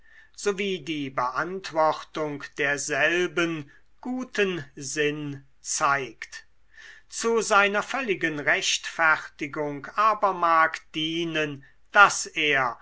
wie die beantwortung derselben guten sinn zeigt zu seiner völligen rechtfertigung aber mag dienen daß er